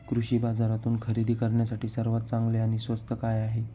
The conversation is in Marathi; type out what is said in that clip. कृषी बाजारातून खरेदी करण्यासाठी सर्वात चांगले आणि स्वस्त काय आहे?